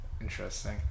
Interesting